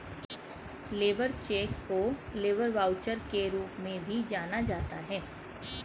labour cheque को labour voucher के रूप में भी जाना जाता है